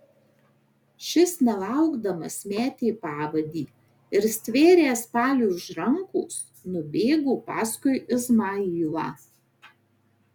šis nelaukdamas metė pavadį ir stvėręs paliui už rankos nubėgo paskui izmailą